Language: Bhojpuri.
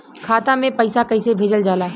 खाता में पैसा कैसे भेजल जाला?